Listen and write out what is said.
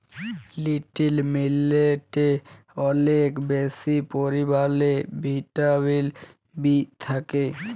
little মিলেটে অলেক বেশি পরিমালে ভিটামিল বি থ্যাকে